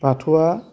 बाथौआ